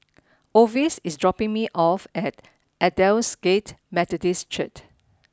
Orvis is dropping me off at Aldersgate Methodist Church